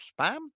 spam